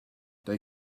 they